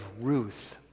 Ruth